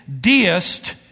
deist